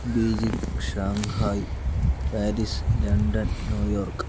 Beijing Shanghai Paris London New York